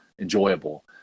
enjoyable